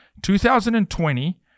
2020